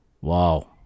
wow